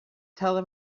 tell